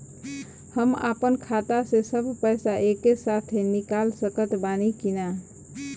हम आपन खाता से सब पैसा एके साथे निकाल सकत बानी की ना?